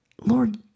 Lord